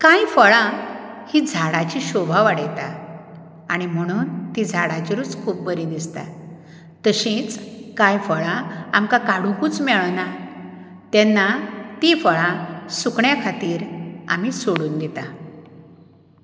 कांय फळां हीं झाडांची शोभा वाडयता आनी म्हणून तीं झाडांचेरूच खूब बरीं दिसता तशींच कांय फळां आमकां काडुंकूच मेळना तेन्ना तीं फळां सुकण्यां खातीर आमी सोडून दिता